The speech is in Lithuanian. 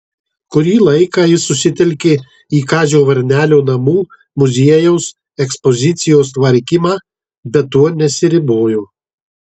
kurį laiką ji susitelkė į kazio varnelio namų muziejaus ekspozicijos tvarkymą bet tuo nesiribojo